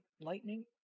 lightning